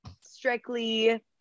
strictly